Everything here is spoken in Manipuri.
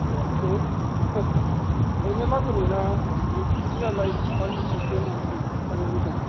ꯑꯣ ꯑꯗꯨ ꯅꯧꯅ ꯂꯥꯛꯄꯅꯤꯅ ꯑꯩꯈꯣꯏꯒꯤ ꯏꯟꯅꯔ ꯂꯥꯏꯟ ꯄꯔꯃꯤꯠ ꯁꯤꯁꯇꯦꯝ ꯑꯃꯗꯤ ꯆꯪꯒꯅꯤꯗꯅ